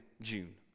june